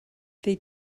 they